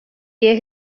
der